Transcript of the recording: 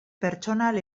pertsonal